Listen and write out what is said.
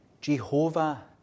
Jehovah